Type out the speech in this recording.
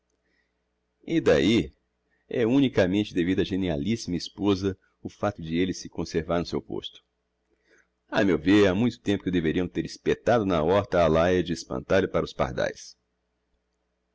e d'ahi é unicamente devido á genialissima esposa o facto de elle se conservar no seu posto a meu ver ha muito tempo que o deveriam ter espetado na horta á laia de espantalho para os pardaes